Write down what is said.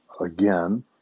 again